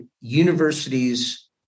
universities